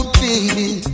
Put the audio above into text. baby